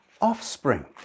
offspring